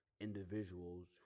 individuals